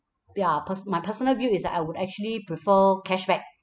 ya pers~ my personal view is that I would actually prefer cashback